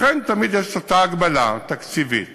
לכן יש תמיד את אותה הגבלה תקציבית